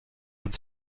uns